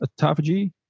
autophagy